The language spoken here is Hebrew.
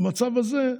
במצב הזה,